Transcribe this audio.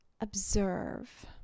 observe